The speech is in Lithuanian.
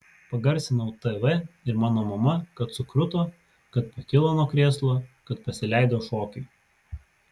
pagarsinau tv ir mano mama kad sukruto kad pakilo nuo krėslo kad pasileido šokiui